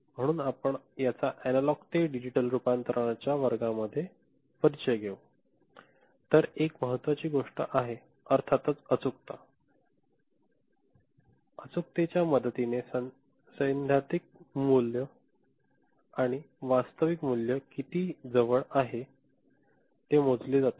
म्हणूनच आपण याचा अनालॉग ते डिजिटल रूपांतराच्या वर्गामध्ये परिचय घेऊ तर एक महत्त्वाची गोष्ट आहे अर्थातच अचूकता अचूकताच्या मदतीने सैद्धांतिक मूल्य आणि वास्तविक मूल्य किती जवळ आहे ते मोजले जाते